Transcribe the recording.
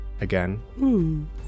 again